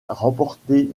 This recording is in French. rapporté